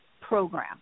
program